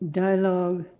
dialogue